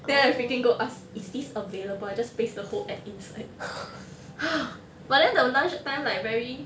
then I freaking go ask is this available I just paste the whole ad inside but then the lunch time like very